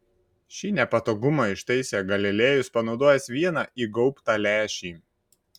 šį nepatogumą ištaisė galilėjus panaudojęs vieną įgaubtą lęšį